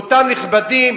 באותם נכבדים,